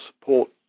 support